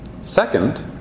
Second